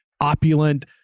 opulent